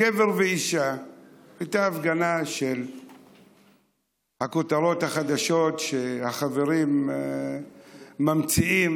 הייתה הפגנה על הכותרות החדשות שהחברים ממציאים,